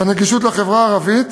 נגישות ההשכלה הגבוהה לחברה הערבית,